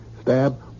stab